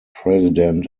president